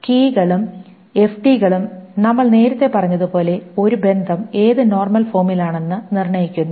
കീകളും എഫ്ഡികളും നമ്മൾ നേരത്തെ പറഞ്ഞതുപോലെ ഒരു ബന്ധം ഏത് നോർമൽ ഫോമിലാണെന്നു നിർണ്ണയിക്കുന്നു